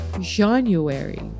January